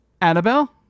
Annabelle